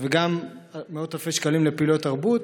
וגם מאות אלפי שקלים לפעילויות תרבות